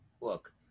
look